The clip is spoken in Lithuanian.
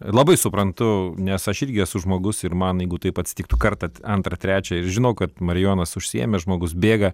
labai suprantu nes aš irgi esu žmogus ir man jeigu taip atsitiktų kartą antrą trečią ir žinau kad marijonas užsiėmęs žmogus bėga